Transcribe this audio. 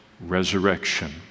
resurrection